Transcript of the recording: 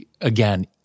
again